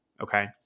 okay